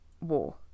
war